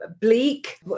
bleak